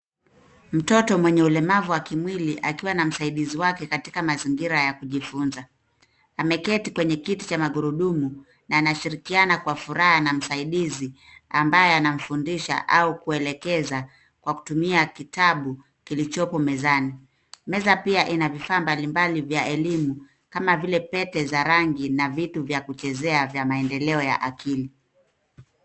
Mtoto mwenye ulemavu wa kimwili akiwa na msaidizi wake katika mazingira ya kujifunza. Ameketi kwenye kiti cha magurudumu na anashirikiana kwa furaha na msaidizi ambaye anamfundisha au kuelekeza kwa kutumia kitabu kilichopo mezani. Meza pia ina vifaa mbalimbali vya elimu kama vile pete za rangi na vitu vya kuchezea vya maendeleo ya akili.